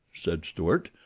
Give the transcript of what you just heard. said stuart,